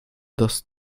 das